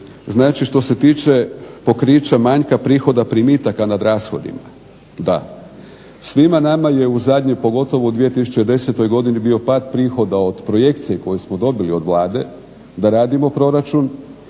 Znači, što se tiče pokrića manjka prihoda primitaka nad rashodima. Da. Svima nama je u zadnje, pogotovo u 2010. godini bio pad prihoda od projekcije koje smo dobili od Vlade da radimo proračun.